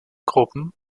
gruppen